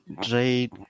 Jade